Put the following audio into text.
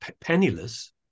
penniless